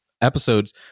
episodes